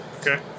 Okay